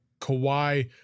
Kawhi